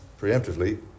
preemptively